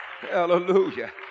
hallelujah